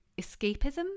escapism